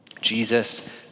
Jesus